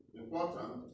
important